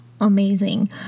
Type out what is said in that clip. amazing